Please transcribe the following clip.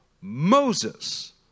Moses